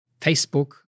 Facebook